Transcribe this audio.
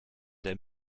der